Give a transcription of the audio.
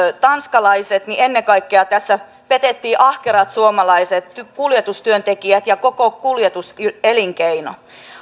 tanskalaiset niin ennen kaikkea tässä petettiin ahkerat suomalaiset kuljetustyöntekijät ja koko kuljetuselinkeino